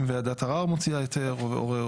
אם ועדת ערר מוציאה היתר,